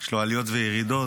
יש עליות וירידות.